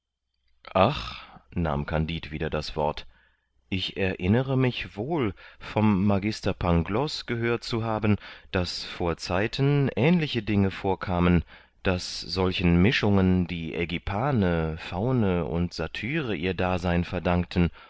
ach nahm kandid wieder das wort ich erinnere mich wohl vom magister pangloß gehört zu haben daß vor zeiten ähnliche dinge vorkamen daß solchen mischungen die aegipane faune und satyre ihr dasein verdankten